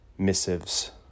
missives